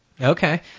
Okay